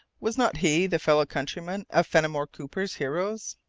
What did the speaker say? was not he the fellow-countryman of fenimore cooper's heroes?